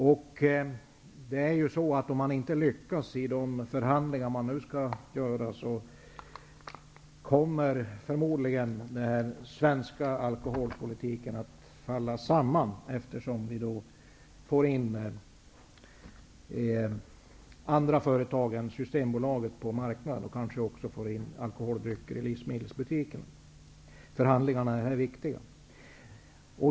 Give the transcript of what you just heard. Om man inte lyckas i förhandlingarna kommer förmodligen den svenska alkoholpolitiken att falla samman, eftersom i så fall andra företag än Systembolaget kommer in på denna marknad och kanske även livsmedelsbutikerna får sälja alkoholdrycker. Förhandlingarna är viktiga.